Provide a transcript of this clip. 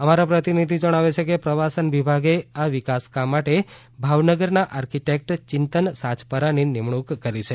અમારા પ્રતીનિધિ જણાવે છે કે પ્રવાસન વિભાગે આ વિકાસકામ માટે ભાવનગરના આર્કિટેકેટ ચિંતન સાચપરાની નિમણૂક કરી છે